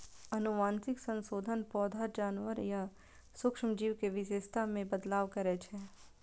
आनुवंशिक संशोधन पौधा, जानवर या सूक्ष्म जीव के विशेषता मे बदलाव करै छै